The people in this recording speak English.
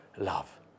love